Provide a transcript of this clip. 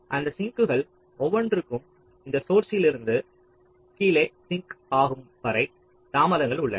அந்த சிங்க்குகள் ஒவ்வொன்றுக்கும் இந்த சோர்ஸ்ஸிலிருந்து கீழே சிங்க் ஆகும் வரை தாமதங்கள் உள்ளன